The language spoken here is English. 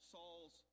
Saul's